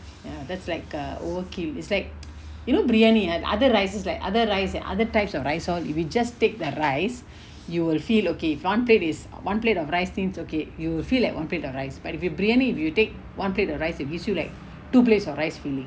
ya that's like a overkill is like you know biryani ah the other rices like other rice other types of rice or we just take the rice you will feel okay if one plate is one plate of rice seems okay you will feel like one plate of rice but if you briyani if you take one plate of rice it gives you like two plates of rice full